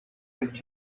let